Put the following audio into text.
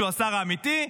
שהוא השר האמיתי,